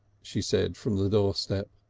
she said from the doorstep.